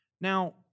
Now